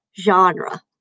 genre